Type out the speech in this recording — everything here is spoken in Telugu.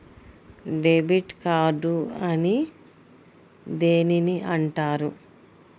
డెబిట్ కార్డు అని దేనిని అంటారు?